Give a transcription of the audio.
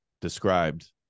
described